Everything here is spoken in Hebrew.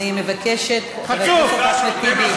אני מבקשת, חבר הכנסת אחמד טיבי.